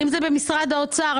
אם זה במשרד האוצר,